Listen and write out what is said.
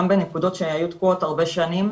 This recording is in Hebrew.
גם בנקודות שהיו תקועות הרבה שנים,